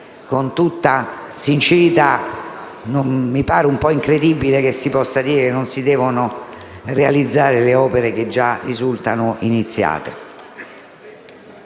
in tutta sincerità, mi pare un po’ incredibile che si possa dire che non si devono realizzare le opere che già risultano iniziate.